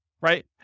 right